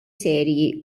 serji